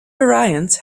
variants